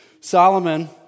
Solomon